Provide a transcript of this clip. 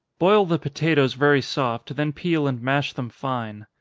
boil the potatoes very soft, then peel and mash them fine.